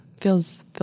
feels